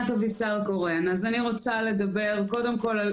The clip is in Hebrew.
אני רוצה לדבר קודם כל על